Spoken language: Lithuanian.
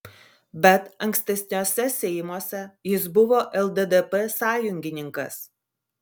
bet ankstesniuose seimuose jis buvo lddp sąjungininkas